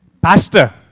pastor